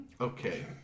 Okay